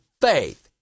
faith